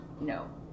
no